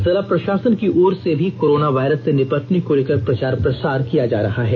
जिला प्रशासन की ओर से भी कोरोना वायरस से निपटने को लेकर प्रचार प्रसार किया जा रहा है